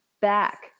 back